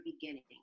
beginning